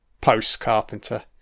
post-carpenter